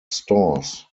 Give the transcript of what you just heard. stores